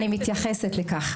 אני מתייחסת לכך.